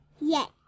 Yes